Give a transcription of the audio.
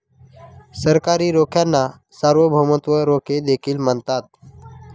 सरकारी रोख्यांना सार्वभौमत्व रोखे देखील म्हणतात